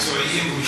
מקצועיים.